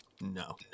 No